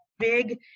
Big